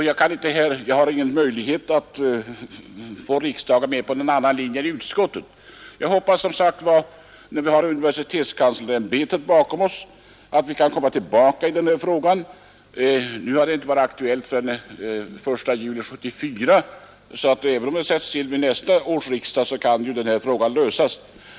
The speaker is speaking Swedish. Jag har ingen möjlighet att få riksdagen med på någon annan linje än utskottets, men eftersom vi har universitetskanslersämbetet bakom oss, hoppas vi kunna återkomma i frågan. Då den föreslagna professuren skulle inrättas från den 1 juli 1974 kan frågan lösas även om den behandlas först vid nästa års riksdag.